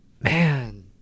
Man